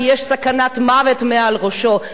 כי יש סכנת מוות מעל ראשו,